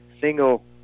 single